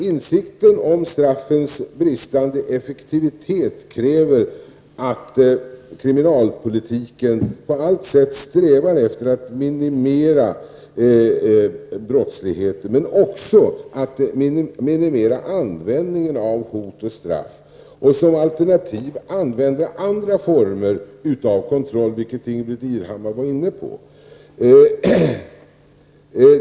Insikten om straffens bristande effektivitet kräver att kriminalpolitiken på allt sätt strävar efter att minimera brottsligheten, men också att minimera användningen av hot och straff och som alternativ använda andra former av kontroll, vilket Ingbritt Irhammar var inne på.